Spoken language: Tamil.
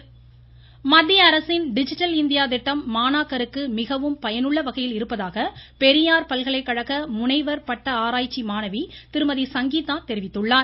சங்கீதா மத்திய அரசின் டிஜிட்டல் இந்தியா திட்டம் மாணாக்கருக்கு மிகவும் பயனுள்ள வகையில் இருப்பதாக பெரியார் பல்கலைகழக முனைவர் பட்ட ஆராய்ச்சி மாணவி திருமதி சங்கீதா தெரிவித்துள்ளார்